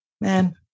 man